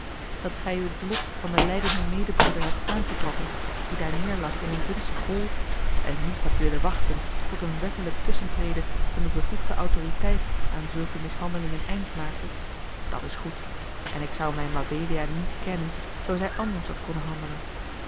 dat gij u het lot van den lijdenden medebroeder hebt aangetrokken die daar neêrlag in een vunzig hol en niet hebt willen wachten tot een wettelijk tusschentreden van de bevoegde autoriteit aan zulke mishandeling een eind maakte dat is goed en ik zou mijne mabelia niet kennen zoo zij anders had konnen handelen